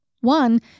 One